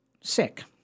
sick